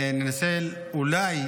ננסה, אולי,